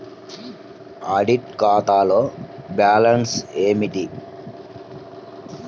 Audit ఖాతాలో balance ఏమిటీ?